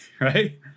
right